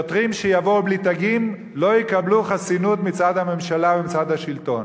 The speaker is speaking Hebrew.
שוטרים שיבואו בלי תגים לא יקבלו חסינות מצד הממשלה ומצד השלטון.